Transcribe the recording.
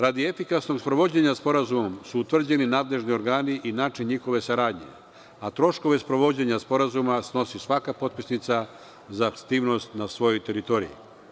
Radi efikasnog sprovođenja sporazuma su utvrđeni nadležni organi i način njihove saradnje, a troškove sprovođenja sporazuma snosi svaka potpisnica za aktivnost na svojoj teritoriji.